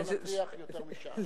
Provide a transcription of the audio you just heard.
לא נרוויח יותר משעה.